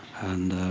and